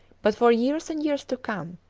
but for years and years to come,